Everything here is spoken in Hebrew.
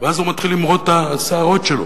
ואז הוא מתחיל למרוט את השערות שלו.